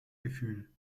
gefühl